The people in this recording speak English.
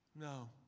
No